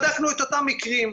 בדקנו את אותם מקרים.